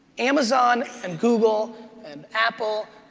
amazon and google and apple,